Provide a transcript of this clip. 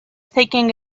taking